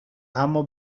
اما